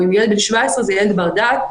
אם ילד בן 17 הוא ילד בר דעת,